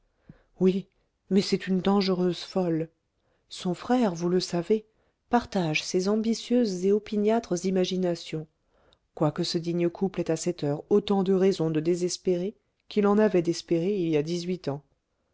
oui mais c'est une dangereuse folle son frère vous le savez partage ses ambitieuses et opiniâtres imaginations quoique ce digne couple ait à cette heure autant de raisons de désespérer qu'il en avait d'espérer il y a dix-huit ans